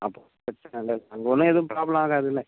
அப்போ ஒன்றும் பிரச்சனை இல்லை அங்கே ஒன்றும் எதுவும் ப்ராப்ளம் ஆகாதுல்ல